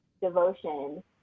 devotion